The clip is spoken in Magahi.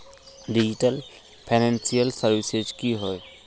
डिजिटल फैनांशियल सर्विसेज की होय?